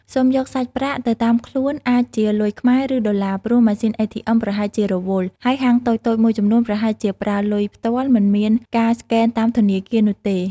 សូមយកសាច់ប្រាក់ទៅតាមខ្លួនអាចជាលុយខ្មែរ ឬ ដុល្លារ ព្រោះ ម៉ាស៊ីន ATM ប្រហែលជារវល់ ហើយហាងតូចៗមួយចំនួនប្រហែលជាប្រើលុយផ្ទាល់ មិនមានការស្កេនតាមធនាគារនោះទេ។